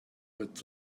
with